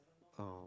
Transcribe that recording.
oh